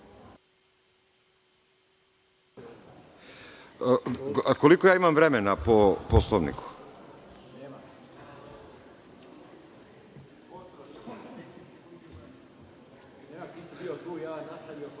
Koliko ja imam vremena po Poslovniku?